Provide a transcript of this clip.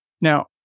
Now